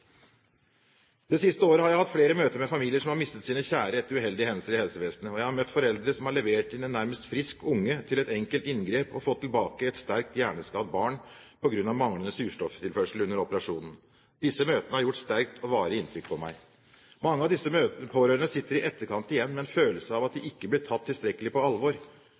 Det siste året har jeg hatt flere møter med familier som har mistet sine kjære etter uheldige hendelser i helsevesenet, og jeg har møtt foreldre som har levert inn en nærmest frisk unge til et enkelt inngrep og fått tilbake et sterkt hjerneskadd barn på grunn av manglende surstofftilførsel under operasjonen. Disse møtene har gjort et sterkt og varig inntrykk på meg. Mange av disse pårørende sitter i etterkant igjen med en følelse av at de ikke blir tatt tilstrekkelig på alvor.